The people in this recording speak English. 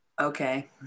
Okay